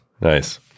Nice